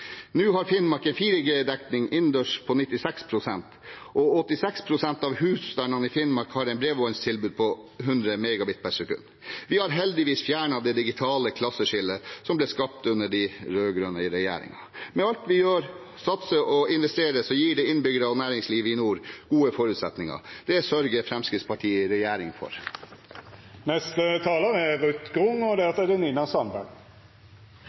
Nå har Finnmark en 4G-dekning innendørs på 96 pst., og 86 pst. av husstandene i Finnmark har nå et bredbåndstilbud på 100 Mbit/s. Vi har heldigvis fjernet det digitale klasseskillet som ble skapt under den rød-grønne regjeringen. Med alt det vi gjør, satser og investerer, gir det innbyggere og næringslivet i nord gode forutsetninger. Det sørger Fremskrittspartiet i regjering for. Samferdsel er